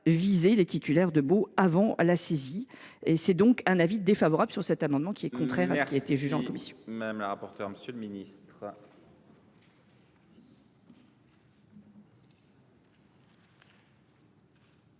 viser les titulaires de baux avant la saisie. L’avis est donc défavorable sur cet amendement, qui est contraire à ce qui a été voté en commission.